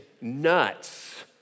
nuts